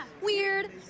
Weird